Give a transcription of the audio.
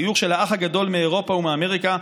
חיוך של האח הגדול מאירופה ומאמריקה,